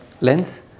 lens